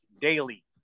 daily